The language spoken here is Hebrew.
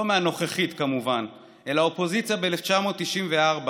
לא מהנוכחית כמובן אלא האופוזיציה ב-1994,